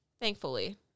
thankfully